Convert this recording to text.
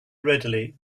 readily